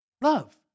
Love